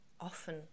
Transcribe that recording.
often